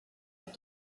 auf